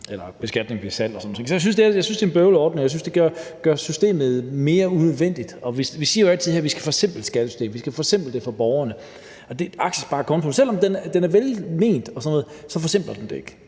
kontra beskatning ved salg og sådan nogle ting. Så jeg synes, at det er en bøvlet ordning, og jeg synes, at det gør systemet mere unødvendigt. Og vi siger jo altid herinde, at vi skal forsimple skattesystemet; vi skal forsimple det for borgerne. Og selv om den her aktiesparekonto er velment, så forsimpler den det ikke.